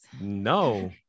No